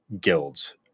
guilds